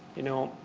you know,